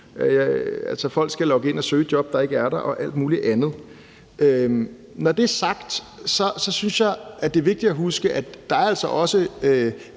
Folk skal logge ind og søge et job, der ikke er der, og alt muligt andet. Når det er sagt, synes jeg, at det er vigtigt at huske, at der altså også